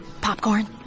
Popcorn